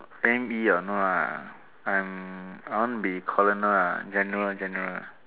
M_E ah no lah I'm I I want be colonel lah general general